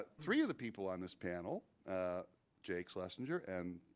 three of the people on this panel jake schlesinger and,